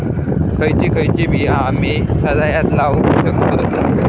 खयची खयची बिया आम्ही सरायत लावक शकतु?